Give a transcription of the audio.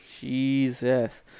Jesus